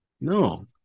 no